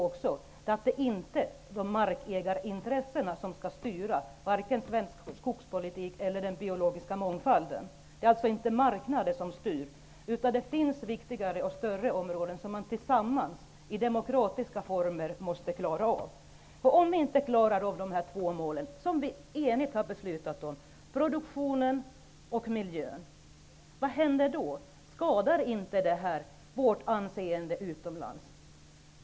Men det är inte markägarintressen som skall styra svensk skogspolitik eller den biologiska mångfalden. Det är inte marknaden som styr. Det finns viktigare och större frågor som man måste klara av tillsammans i demokratiska former. Vad händer om vi inte klarar av de två mål som vi enhälligt har beslutat om, dvs. produktionen och miljön? Skadar inte det vårt anseende utomlands?